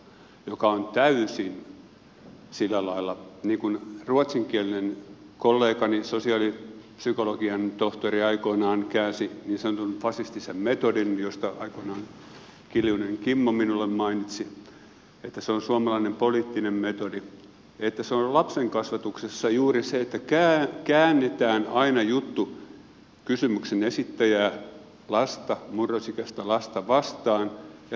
ja se on täysin sillä lailla niin kuin ruotsinkielinen kollegani sosiaalipsykologian tohtori aikoinaan käänsi niin sanotun fasistisen metodin josta aikoinaan kiljusen kimmo minulle mainitsi että se on suomalainen poliittinen metodi että se on lapsenkasvatuksessa juuri se että käännetään aina juttu kysymyksen esittäjää lasta murrosikäistä lasta vastaan ja tulkitaan se itse